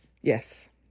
yes